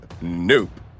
nope